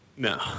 No